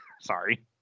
Sorry